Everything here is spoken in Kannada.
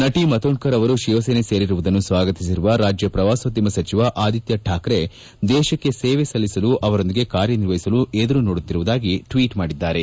ನಟಿ ಮಾತೋಡ್ಕರ್ ಅವರು ಶಿವಸೇನೆ ಸೇರಿರುವುದನ್ನು ಸ್ವಾಗತಿಸಿರುವ ರಾಜ್ಯ ಶ್ರವಾಸೋದ್ಯಮ ಸಚಿವ ಆದಿತ್ತ ಶಾಕ್ರೆ ದೇಶಕ್ಕೆ ಸೇವೆ ಸಲ್ಲಿಸಲು ಅವರೊಂದಿಗೆ ಕಾರ್ಯನಿರ್ವಹಿಸಲು ಎದುರು ನೋಡುತ್ತಿರುವುದಾಗಿ ಟ್ವೀಟ್ ಮಾಡಿದ್ದಾರೆ